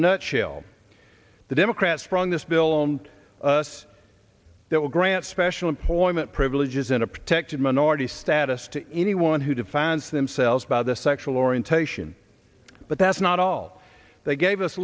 a nutshell the democrats from this bill and us that will grant special employment privileges in a protected minority status to anyone who defines themselves by their sexual orientation but that's not all they gave us